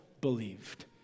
believed